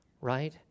right